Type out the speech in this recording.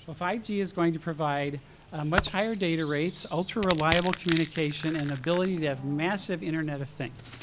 ah five g is going to provide much higher data rates, ultra-reliable communication, and ability to have massive internet of things.